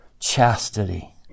Chastity